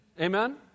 Amen